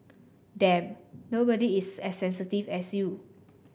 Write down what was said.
damn nobody is as sensitive as you